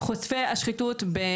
שחיתות זה לא רק העברת מעטפות.